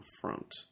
front